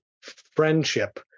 friendship